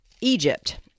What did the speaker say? Egypt